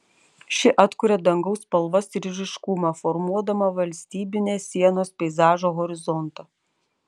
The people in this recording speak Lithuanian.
ši atkuria dangaus spalvas ir ryškumą formuodama valstybinės sienos peizažo horizontą